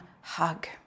hug